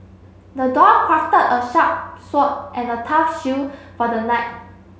the dwarf crafted a sharp sword and a tough shield for the knight